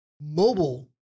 mobile